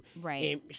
Right